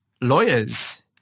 lawyers